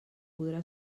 podrà